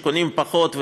שקונים פחות,